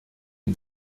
une